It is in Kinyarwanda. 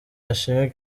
ashimwe